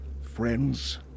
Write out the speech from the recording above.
friends